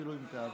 אפילו אם תעבור,